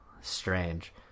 Strange